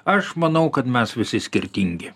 aš manau kad mes visi skirtingi